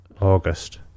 August